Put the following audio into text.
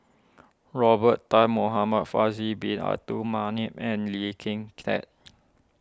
Robert Tan Muhamad Faisal Bin Abdul Manap and Lee Kin Tat